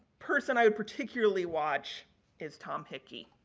person i would particularly watch is tom hickey